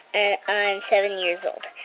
and i'm seven years old.